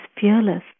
fearless